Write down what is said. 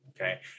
Okay